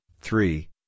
three